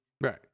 Right